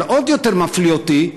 אבל עוד יותר מפליא אותי,